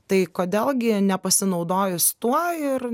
tai kodėl gi nepasinaudojus tuo ir